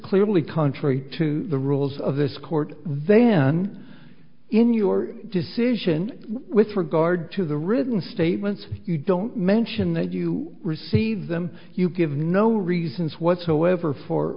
clearly contrary to the rules of this court then in your decision with regard to the written statements you don't mention that you received them you give no reasons whatsoever for